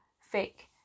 fake